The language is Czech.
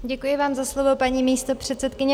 Děkuji vám za slovo, paní místopředsedkyně.